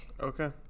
Okay